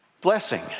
Blessing